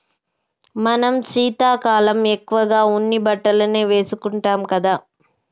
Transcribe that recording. మనం శీతాకాలం ఎక్కువగా ఉన్ని బట్టలనే వేసుకుంటాం కదా